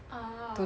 ah